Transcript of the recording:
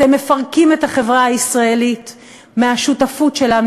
אתם מפרקים את החברה הישראלית מהשותפות שלה,